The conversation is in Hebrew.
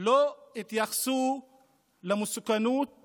לא התייחסו למסוכנות